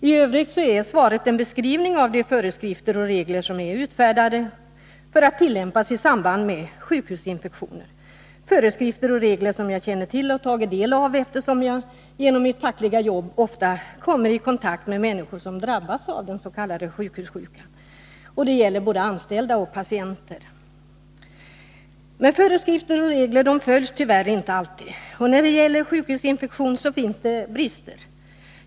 I övrigt är svaret en beskrivning av de föreskrifter och regler som är utfärdade för att tillämpas i samband med sjukhusinfektioner. Det är föreskrifter och regler som jag känner till och har tagit del av, eftersom jag genom mitt fackliga jobb ofta kommit i kontakt med människor som drabbats av den s.k. sjukhussjukan — det gäller både anställda och patienter. Men föreskrifter och regler följs tyvärr inte alltid, och när det gäller sjukhusinfektion finns det brister.